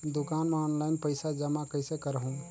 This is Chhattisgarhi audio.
दुकान म ऑनलाइन पइसा जमा कइसे करहु?